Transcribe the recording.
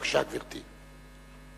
בבקשה, גברתי.